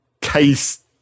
case